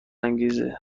انگیزه